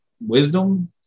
wisdom